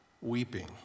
weeping